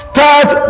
Start